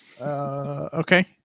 Okay